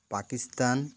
Pakistan